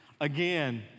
again